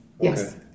yes